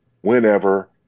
whenever